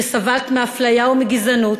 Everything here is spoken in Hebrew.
שסבלת מאפליה ומגזענות,